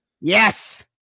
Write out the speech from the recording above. Yes